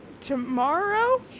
Tomorrow